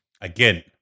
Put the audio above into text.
again